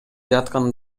жаткан